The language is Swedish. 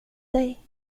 dig